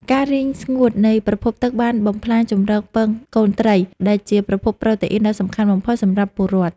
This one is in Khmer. ការរីងស្ងួតនៃប្រភពទឹកបានបំផ្លាញជម្រកពងកូនត្រីដែលជាប្រភពប្រូតេអ៊ីនដ៏សំខាន់បំផុតសម្រាប់ពលរដ្ឋ។